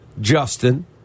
Justin